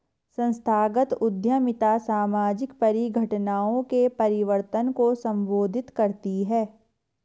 संस्थागत उद्यमिता सामाजिक परिघटनाओं के परिवर्तन को संबोधित करती है